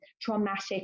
traumatic